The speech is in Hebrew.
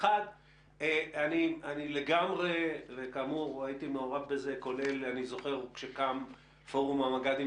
הייתי מעורב בזה כולל עת קם פורום המג"דים